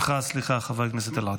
עימך הסליחה, חבר הכנסת עטאונה.